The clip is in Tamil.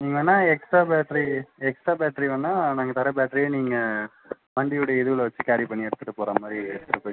நீங்கள் வேணுனா எக்ஸ்ட்டா பேட்ரி எக்ஸ்ட்டா பேட்ரி வேணுனா நாங்கள் தர பேட்டரிய நீங்கள் வண்டியோடைய இது உள்ளே வெச்சி கேரி பண்ணி எடுத்துட்டு போகிறா மாதிரி எடுத்துட்டு போய்